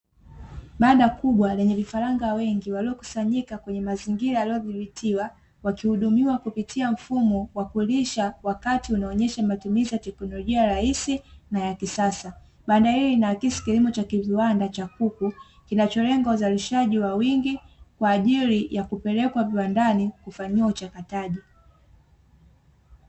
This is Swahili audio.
Banda kubwa kubwa lenye vifaranga wengi waliokusanyika kwenye mazingira yaliyodhibitiwa, wakihudumiwa kupitia mfumo wa kulisha wakati unaonyesha matumizi ya teknolojia rahisi na ya kisasa. Banda hili linaakisi kilimo cha kiviwanda cha kuku kinacholenga uzalishaji kwa wingi na kwa ajili ya kupelekwa viwandani kufanyiwa uchakataji.